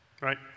Right